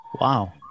Wow